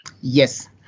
Yes